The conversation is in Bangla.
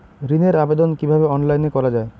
ঋনের আবেদন কিভাবে অনলাইনে করা যায়?